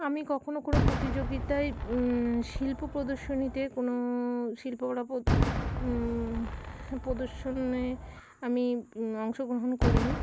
আমি কখনো কোনো প্রতিযোগিতায় শিল্প প্রদর্শনীতে কোনো শিল্প প্রদর্শনে আমি অংশগ্রহণ করিনি